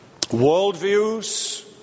worldviews